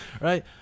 Right